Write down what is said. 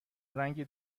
رنگ